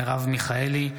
מרב מיכאלי,